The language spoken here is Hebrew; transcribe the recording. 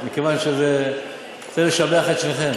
מכיוון שאני רוצה לשבח את שניכם.